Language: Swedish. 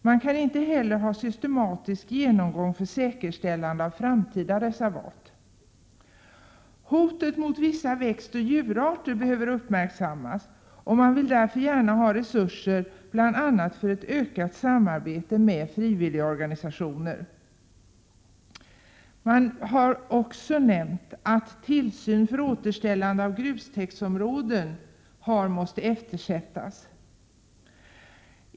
Man kan inte heller ha systematisk genomgång för säkerställande av framtida reservat. Hotet mot vissa växtoch djurarter behöver uppmärksammas, och man vill där gärna ha resurser bl.a. för ett ökat samarbete med frivilligorganisationer. Man har också nämnt att tillsyn för återställande av grustäktsområden har måst eftersättas.